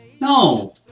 No